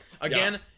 again